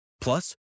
Plus